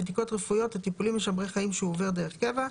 בדיקות רפואיות וטיפולים משמרי חיים שהוא עובר דרך קבע,